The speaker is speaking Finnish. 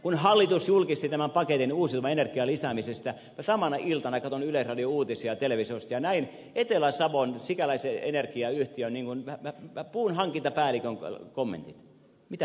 kun hallitus julkisti tämän paketin uusiutuvan energian lisäämisestä ja samana iltana katsoin yleisradion uutisia televisiosta ja näin etelä savon sikäläisen energiayhtiön puunhankintapäällikön kommentit niin mitä hän sanoi